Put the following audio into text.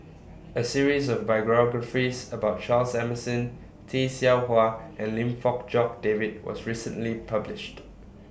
A series of biographies about Charles Emmerson Tay Seow Huah and Lim Fong Jock David was recently published